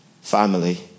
family